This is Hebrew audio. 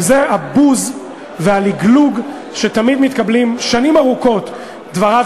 וזה הבוז והלגלוג שבהם תמיד מתקבלים זה שנים ארוכות דבריו